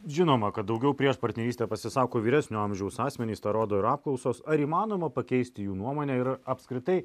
žinoma kad daugiau prieš partnerystę pasisako vyresnio amžiaus asmenys tą rodo ir apklausos ar įmanoma pakeisti jų nuomonę ir apskritai